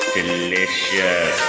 Delicious